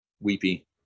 weepy